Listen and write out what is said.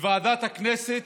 לוועדת הכנסת